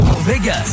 vegas